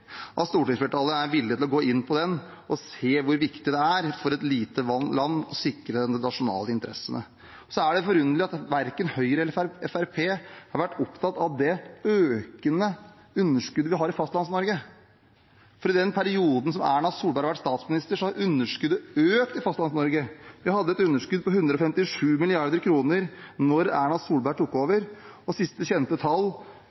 at stortingsflertallet er villig til å gå inn på den, og se hvor viktig det er for et lite land å sikre de nasjonale interessene. Det er forunderlig at verken Høyre eller Fremskrittspartiet har vært opptatt av det økende underskuddet vi har i Fastlands-Norge. I den perioden som Erna Solberg har vært statsminister, har underskuddet i Fastlands-Norge økt. Vi hadde et underskudd på 157 mrd. kr da Erna Solberg tok over, og siste kjente tall